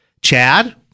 Chad